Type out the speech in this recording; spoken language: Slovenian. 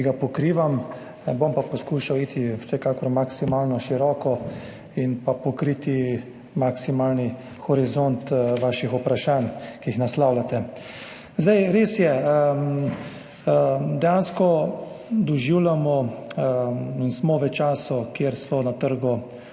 ki ga pokrivam, bom pa poskušal iti vsekakor maksimalno široko in pokriti maksimalni horizont vaših vprašanj, ki jih naslavljate. Res je, dejansko doživljamo in smo v času, ko so na trgu